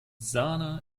sanaa